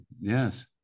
Yes